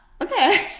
Okay